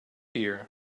year